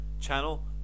channel